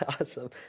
Awesome